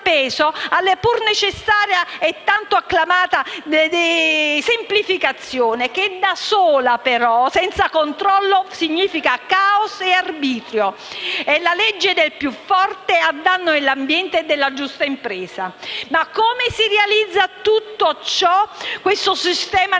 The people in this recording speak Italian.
alla pur necessaria e tanto acclamata semplificazione, che però da sola, senza controllo, significa caos e arbitrio. È la legge del più forte a danno dell'ambiente e della giusta impresa. Come si realizza tutto ciò, vale a dire un Sistema